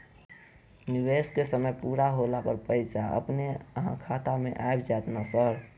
निवेश केँ समय पूरा होला पर पैसा अपने अहाँ खाता मे आबि जाइत नै सर?